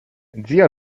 zia